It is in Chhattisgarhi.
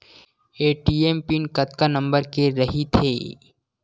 ए.टी.एम पिन कतका नंबर के रही थे?